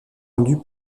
rendue